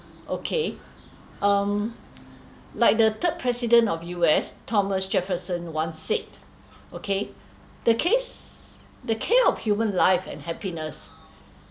okay um like the third president of U_S thomas jefferson once said okay the case the care of human life and happiness